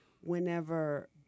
whenever